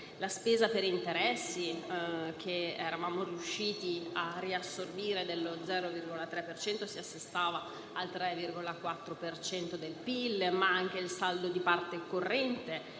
la spesa per interessi, che eravamo riusciti a riassorbire dello 0,3 per cento, si assestava al 3,4 per cento del PIL, ma anche il saldo di parte corrente